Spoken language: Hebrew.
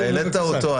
אתה העלית אותו.